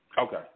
okay